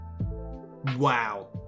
wow